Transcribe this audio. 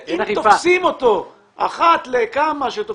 אם תופסים אותו אחת לכמה שתופסים,